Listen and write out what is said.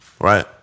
Right